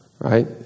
right